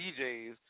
DJs